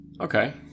Okay